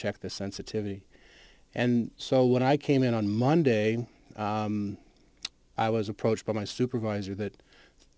check the sensitivity and so when i came in on monday i was approached by my supervisor that